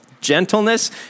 Gentleness